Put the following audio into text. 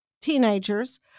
teenagers